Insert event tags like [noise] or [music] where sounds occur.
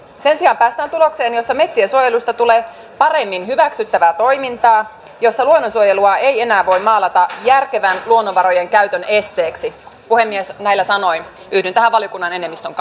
sen sijaan päästään tulokseen jossa metsien suojelusta tulee paremmin hyväksyttävää toimintaa jossa luonnonsuojelua ei enää voi maalata järkevän luonnonvarojen käytön esteeksi puhemies näillä sanoin yhdyn tähän valiokunnan enemmistön [unintelligible]